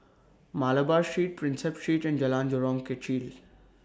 Malabar Street Prinsep Street and Jalan Jurong Kechil